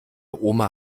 oma